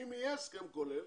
שאם יהיה הסכם כולל